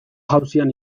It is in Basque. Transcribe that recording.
jauzian